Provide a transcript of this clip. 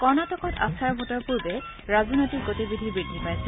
কৰ্ণাটকত আস্থাৰ ভোটৰ পূৰ্বে ৰাজনৈতিক গতিবিধি বৃদ্ধি পাইছে